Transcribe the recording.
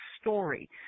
story